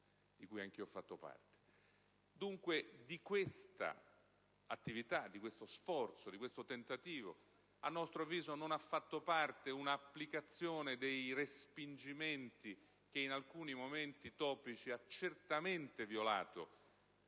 di questa attività, di questo sforzo e di questo tentativo - a nostro avviso - non ha fatto parte un'applicazione dei respingimenti che, in alcuni momenti topici, ha certamente violato